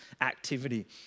activity